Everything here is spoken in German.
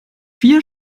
vier